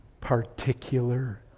Particular